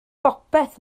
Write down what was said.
bopeth